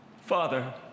Father